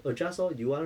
adjust lor you want